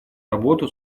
работу